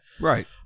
Right